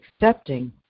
accepting